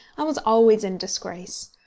i was always in disgrace.